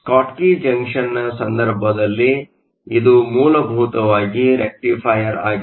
Schottky ಜಂಕ್ಷನ್ನ ಸಂದರ್ಭದಲ್ಲಿ ಇದು ಮೂಲಭೂತವಾಗಿ ರೆಕ್ಟಿಫೈಯರ್ ಆಗಿದೆ